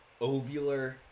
ovular